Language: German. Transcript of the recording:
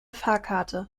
fahrkarte